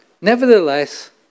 Nevertheless